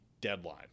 deadline